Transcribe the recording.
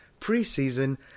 preseason